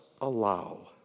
allow